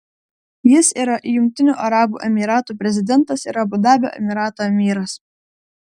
jis yra jungtinių arabų emyratų prezidentas ir abu dabio emyrato emyras